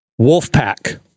Wolfpack